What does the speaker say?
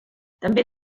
també